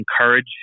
encourage